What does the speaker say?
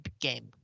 game